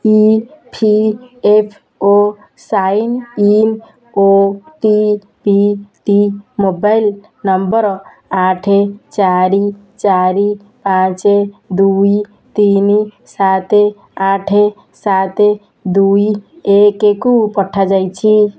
E P F O sign in ଓଟିପିଟି mobile number ଆଠ ଚାରି ଚାରି ପାଞ୍ଚ ଦୁଇ ତିନି ସାତ ଆଠ ସାତ ଦୁଇ ଏକକୁ ପଠାଯାଇଛି